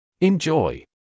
Enjoy